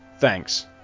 Thanks